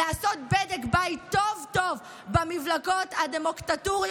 לעשות בדק בית טוב טוב במפלגות הדמוקטטוריות